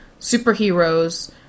superheroes